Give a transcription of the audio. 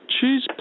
cheese